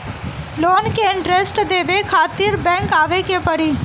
Loan के interest देवे खातिर बैंक आवे के पड़ी?